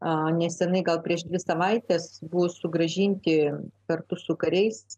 neseniai gal prieš dvi savaites buvo sugrąžinti kartu su kariais